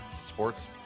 sports